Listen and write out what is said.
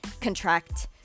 contract